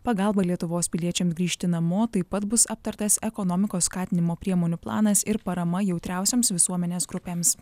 pagalbą lietuvos piliečiams grįžti namo taip pat bus aptartas ekonomikos skatinimo priemonių planas ir parama jautriausioms visuomenės grupėms